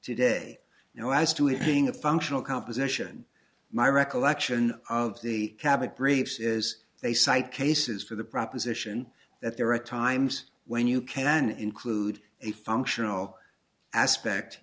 today now as to it being a functional composition my recollection of the cabbage grapes as they cite cases for the proposition that there are times when you can include a functional aspect